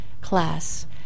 class